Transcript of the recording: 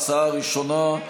ההצעה הראשונה,